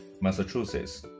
massachusetts